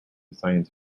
science